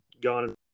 Gone